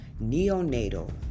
Neonatal